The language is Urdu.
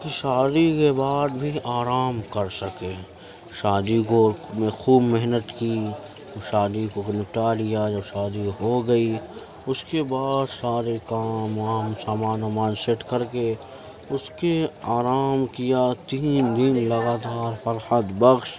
کہ شادی کے بعد بھی آرام کر سکیں شادی کو خوب محنت کی شادی کو نپٹا لیا جب شادی ہو گئی اس کے بعد سارے کام وام سامان وامان سیٹ کر کے اس کے آرام کیا تین دن لگا تار فرحت بخش